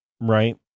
right